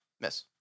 Miss